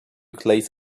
glaze